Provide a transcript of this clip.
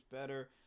better